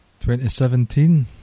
2017